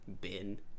bin